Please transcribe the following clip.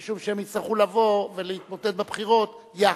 משום שהן יצטרכו לבוא ולהתמודד בבחירות יחד,